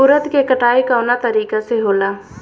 उरद के कटाई कवना तरीका से होला?